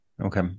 Okay